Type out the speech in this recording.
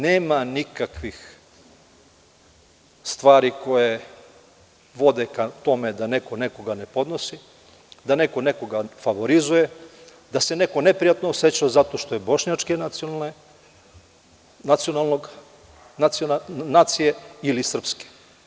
Nema nikakvih stvari koje vode ka tome da neko nekoga ne podnosi, da neko nekoga favorizuje, da se neko neprijatno oseća zato što je bošnjačke nacije ili srpske.